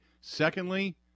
Secondly